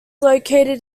located